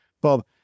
Bob